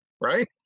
right